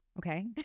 okay